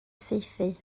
saethu